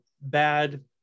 bad